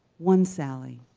one sally,